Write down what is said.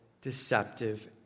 deceptive